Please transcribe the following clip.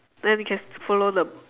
then we can follow the